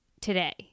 today